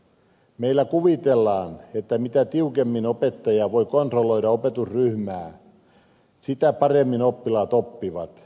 meillä kuvitellaan että mitä tiukemmin opettaja voi kontrolloida opetusryhmää sitä paremmin oppilaat oppivat